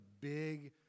big